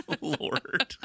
Lord